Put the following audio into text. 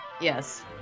yes